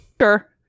sure